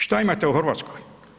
Što imate u Hrvatskoj?